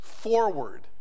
forward